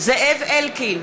זאב אלקין,